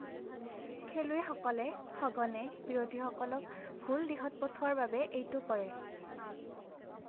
খেলুৱৈসকলে সঘনে বিৰোধীসকলক ভুল দিশত পঠোৱাৰ বাবে এইটো কৰে